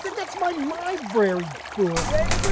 that's my library book hey